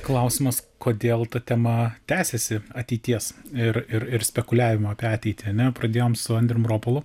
klausimas kodėl ta tema tęsiasi ateities ir ir spekuliavimo apie ateitį na pradėjom su andriumi ropolu